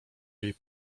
jej